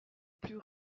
plus